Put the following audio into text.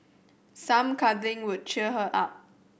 some cuddling would cheer her up